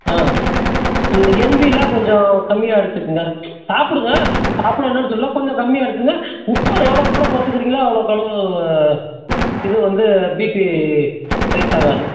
என்வியெலாம் கொஞ்சம் கம்மியாக எடுத்துக்குங்கள் சாப்பிடுங்கள் சாப்பிட வேணாம்னு சொல்லலை கொஞ்சம் கம்மியாக எடுத்துக்கங்கள் உப்பு எவ்வளோக்கு எவ்வளோ குறச்சுக்கிறிங்களோ அவ்வளோக்கவ்ளோ இது வந்து பீபி ரைஸ் ஆகாது